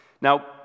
Now